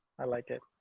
i like it.